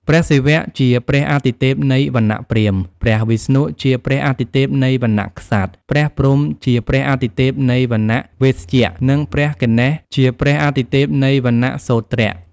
ព្រះសិវៈ ជាព្រះអាទិទេពនៃវណ្ណៈព្រាហ្មណ៍ ព្រះវិស្ណុ ជាព្រះអាទិទេពនៃវណ្ណៈក្សត្រ ព្រះព្រហ្ម ជាព្រះអាទិទេពនៃវណ្ណៈវេស្យៈ និង ព្រះគណេស ជាព្រះអាទិទេពនៃវណ្ណៈសូទ្រៈ។